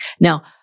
Now